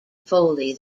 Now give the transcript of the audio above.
foley